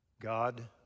God